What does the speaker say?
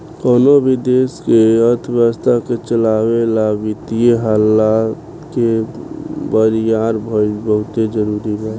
कवनो भी देश के अर्थव्यवस्था के चलावे ला वित्तीय हालत के बरियार भईल बहुते जरूरी बा